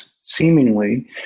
seemingly